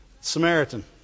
Samaritan